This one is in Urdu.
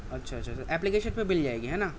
اچھا اچھا اچھا اپلیکیشن پہ مل جائے گی ہے نا